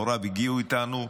הוריו הגיעו איתנו,